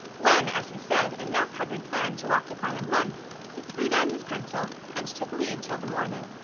when, as he said, enough had been planned to occupy a month, he threw down his pencil, and took leave till the morning,